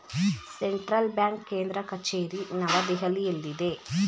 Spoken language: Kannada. ಸೆಂಟ್ರಲ್ ಬ್ಯಾಂಕ್ ಕೇಂದ್ರ ಕಚೇರಿ ನವದೆಹಲಿಯಲ್ಲಿದೆ